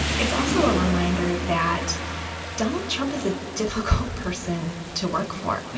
it's also a reminder that donald trump is a difficult person to work for.